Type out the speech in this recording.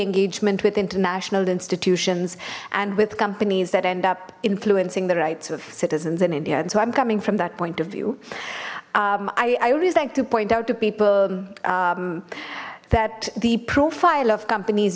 engagement with international institutions and with companies that end up influencing the rights of citizens in india and so i'm coming from that point of view i always like to point out to people that the profile of companies